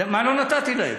מה לא נתתי להם?